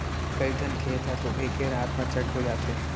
कइठन खेत ह तो एके रात म चट हो जाथे